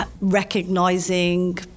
recognizing